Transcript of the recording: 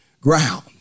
ground